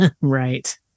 Right